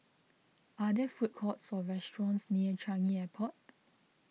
are there food courts or restaurants near Changi Airport